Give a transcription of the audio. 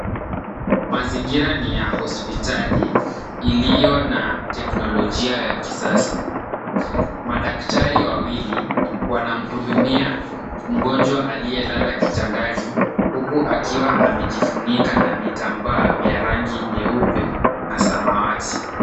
Mazingira ni ya hospitali iliyo na teknolojia ya kisasa. Madaktari wawili wanamhudumia mgonjwa aliyelala kitandani huku akiwa amejifunuka na vitambaa vya rangi nyeupe na samawati.